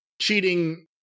Cheating